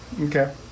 Okay